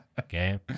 okay